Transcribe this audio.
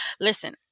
Listen